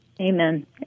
Amen